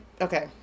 okay